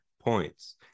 points